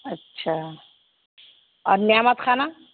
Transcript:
اچھا اور نمات کھانا